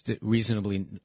reasonably